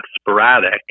sporadic